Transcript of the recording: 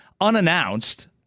unannounced